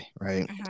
right